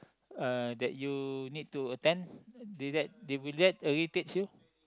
uh that you need to attend did that did will that irritates you